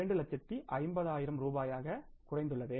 5 லட்சம் ரூபாயாக குறைந்துள்ளது